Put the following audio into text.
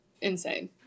insane